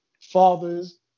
fathers